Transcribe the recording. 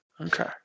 Okay